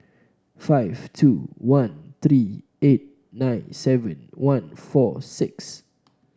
five two one three eight nine seven one four six